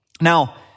Now